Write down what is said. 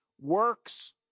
works